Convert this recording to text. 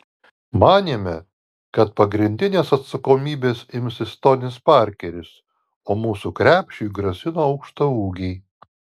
manėme kad pagrindinės atsakomybės imsis tonis parkeris o mūsų krepšiui grasino aukštaūgiai